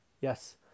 yes